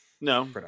No